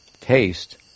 taste